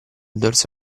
dorso